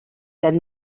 than